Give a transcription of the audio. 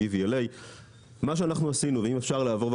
DVAL. מה שאנחנו עשינו זה